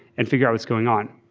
and figure out what's going on.